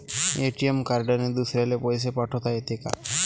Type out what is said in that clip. ATM कार्डने दुसऱ्याले पैसे पाठोता येते का?